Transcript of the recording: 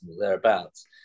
thereabouts